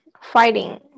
fighting